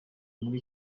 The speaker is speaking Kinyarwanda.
muri